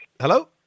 Hello